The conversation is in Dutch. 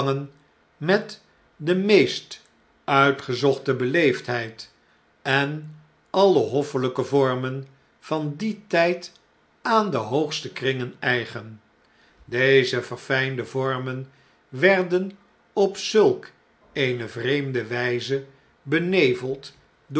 met de meest uitgezochte beleefdheid en alle hoffeljjke vormen van dien tn'd aan de hoogste kringen eigen deze verfijnde vormen werden op zulk eene vreemde wjjze beneveld